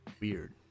weird